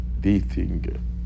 dating